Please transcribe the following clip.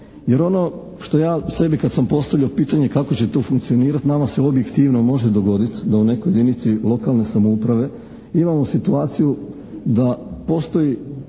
Jer ono što ja sebi kad sam postavljao pitanje kako će to funkcionirati nama se objektivno može dogoditi da u nekoj jedinici lokalne samouprave imamo situaciju da postoji